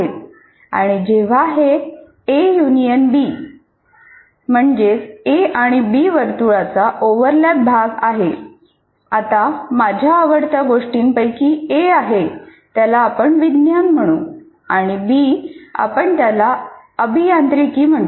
आणि जेव्हा हे ए युनियन बी आहे आता माझ्या आवडत्या गोष्टींपैकी ए आहे त्याला आपण विज्ञान म्हणू आणि बी आपण त्याला अभियांत्रिकी म्हणतो